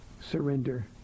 surrender